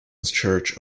church